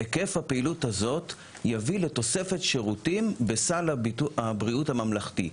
היקף הפעילות הזאת יביא לתוספת שירותים בסל הבריאות הממלכתי.